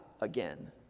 again